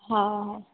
हा हा